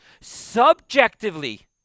Subjectively